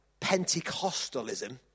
Pentecostalism